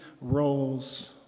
roles